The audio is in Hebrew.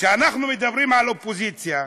כשאנחנו מדברים על אופוזיציה,